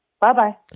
Bye-bye